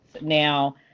Now